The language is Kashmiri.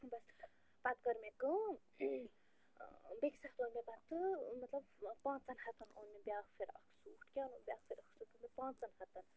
بَس پَتہٕ کٔر مےٚ کٲم بیٚیہِ ساتہٕ اوٚن مےٚ پَتہٕ مطلب پانٛژَن ہَتَن اوٚن مےٚ بیٛاکھ فِراکھ سوٗٹ کیٛاہ اوٚن بٛیاکھ فِراکھ سوٗٹ اوٚن مےٚ پانٛژَن ہَتَن